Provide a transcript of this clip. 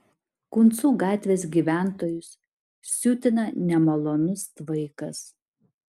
kuncų gatvės gyventojus siutina nemalonus tvaikas